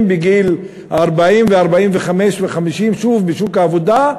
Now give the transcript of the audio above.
בגיל 40 ו-45 ו-50 שוב בשוק העבודה,